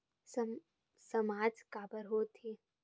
सामाज काबर हो थे?